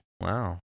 Wow